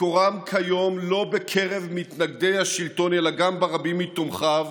מקורם כיום לא בקרב מתנגדי השלטון אלא גם ברבים מתומכיו